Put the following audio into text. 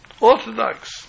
Orthodox